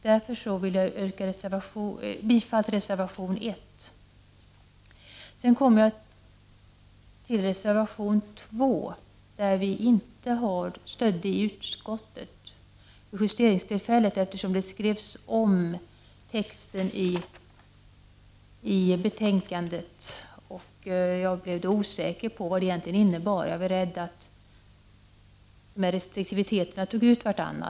Därför vill jag yrka bifall till reservation 1. Sedan kommer jag till reservation 2, som miljöpartiet inte stödde i utskottet vid justeringstillfället, eftersom texten i betänkandet skrevs om. Jag blev då osäker på vad den egentligen innebar, och jag var rädd att dessa restriktiviteter tog ut varandra.